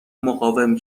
مقاوم